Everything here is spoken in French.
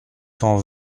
cent